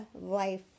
life